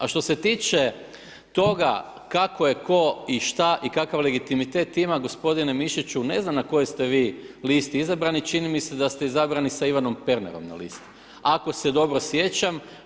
A što se tiče toga kako je tko i šta i kakav legitimitet ima, gospodine Mišiću, ne znam na kojoj ste vi listi izabrani, čini mi se da ste izabrani sa Ivanom Pernarom na listi ako se dobro sjećam.